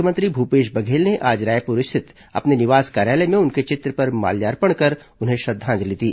मुख्यमंत्री भूपेश बघेल ने आज रायपुर स्थित अपने निवास कार्यालय में उनके चित्र पर माल्यार्पण कर उन्हें श्रद्वांजलि दी